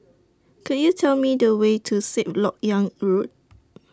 Could YOU Tell Me The Way to Sixth Lok Yang Road